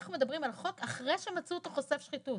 אנחנו מדברים על חוק אחרי שמצאו אותו חושף שחיתות,